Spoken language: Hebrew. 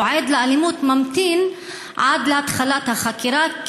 היה עד לאלימות ממתין עד להתחלת חקירה?